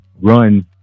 run